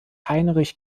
heinrich